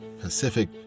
pacific